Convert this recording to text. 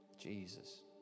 Jesus